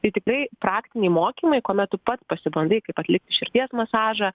tai tikrai praktiniai mokymai kuomet tu pats pasibandai kaip atlikti širdies masažą